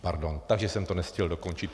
Pardon, takže jsem to nestihl dokončit.